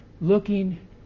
looking